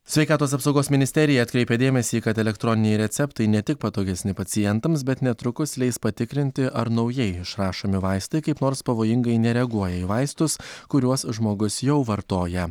sveikatos apsaugos ministerija atkreipia dėmesį kad elektroniniai receptai ne tik patogesni pacientams bet netrukus leis patikrinti ar naujai išrašomi vaistai kaip nors pavojingai nereaguoja į vaistus kuriuos žmogus jau vartoja